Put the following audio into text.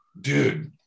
dude